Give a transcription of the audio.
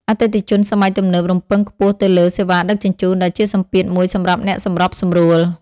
អតិថិជនសម័យទំនើបរំពឹងខ្ពស់ទៅលើសេវាដឹកជញ្ជូន ដែលជាសម្ពាធមួយសម្រាប់អ្នកសម្របសម្រួល។